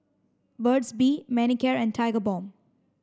Burt's bee Manicare and Tigerbalm